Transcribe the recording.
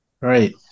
right